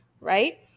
right